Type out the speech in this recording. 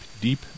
deep